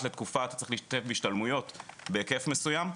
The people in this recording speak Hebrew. לתקופה צריך להשתתף בהשתלמויות בהיקף מסוים.